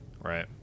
Right